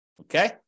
Okay